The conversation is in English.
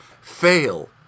Fail